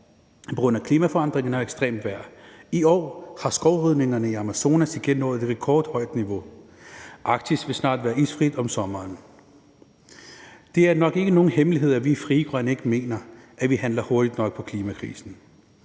på grund af klimaforandringerne og ekstremt vejr. I år har skovrydningerne i Amazonas igen nået et rekordhøjt niveau. Arktis vil snart være isfrit om sommeren. Det er nok ikke nogen hemmelighed, at vi i Frie Grønne ikke mener, at vi handler hurtigt nok i forhold